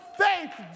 faith